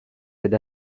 with